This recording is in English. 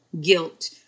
guilt